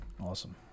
Awesome